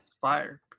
fire